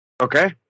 Okay